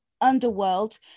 Underworld